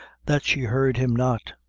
that she heard him not.